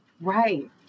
Right